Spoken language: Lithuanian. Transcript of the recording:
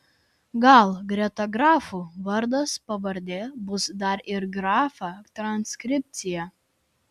gal greta grafų vardas pavardė bus dar ir grafa transkripcija